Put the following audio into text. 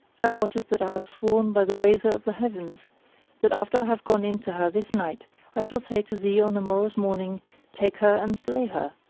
thou wottest that i have sworn by the raiser of the heavens that after i have gone in to her this night i shall say to thee on the morrow's morning take her and slay her!